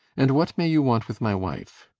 and what may you want with my wife?